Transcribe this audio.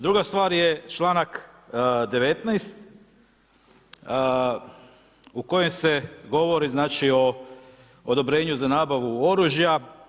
Druga stvar je članak 19. u kojem se govori o odobrenju za nabavu oružja.